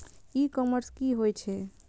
ई commerce की होय छेय?